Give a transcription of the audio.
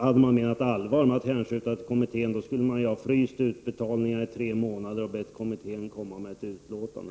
Hade man menat allvar med att hänskjuta JAS-projektet till kommittén, skulle man ha fryst utbetalningarna i tre månader och bett kommittén att komma med ett utlåtande.